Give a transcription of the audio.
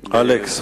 אלכס,